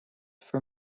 for